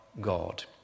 God